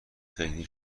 خیریه